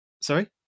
Sorry